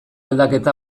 aldaketa